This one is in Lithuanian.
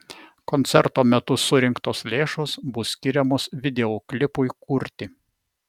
koncerto metu surinktos lėšos bus skiriamos videoklipui kurti